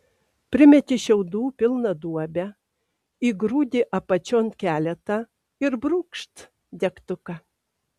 primeti šiaudų pilną duobę įgrūdi apačion keletą ir brūkšt degtuką